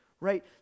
right